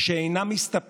אין לזה הסבר אחר.